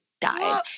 died